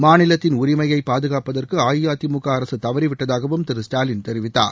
மாநிலத்தின் உரிமையை பாதுகாப்பதற்கு அஇஅதிமுக அரசு தவறிவிட்டதாகவும் திரு ஸ்டாலின் தெரிவித்தார்